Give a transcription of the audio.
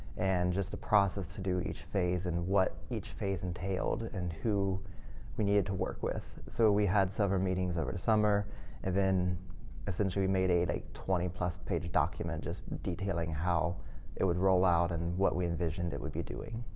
and just a process to do each phase, and what each phase entailed, and who we needed to work with. so we had several meetings over the summer and then essentially we made a twenty plus page document just detailing how it would roll out and what we envisioned it would be doing.